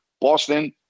Boston